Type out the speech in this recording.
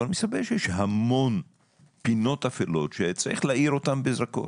אבל מסתבר שיש המון פינות אפלות שצריך להאיר אותן בזרקור